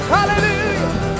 Hallelujah